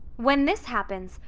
when this happens,